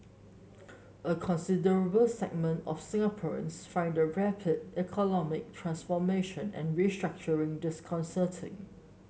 a considerable segment of Singaporeans find the rapid economic transformation and restructuring disconcerting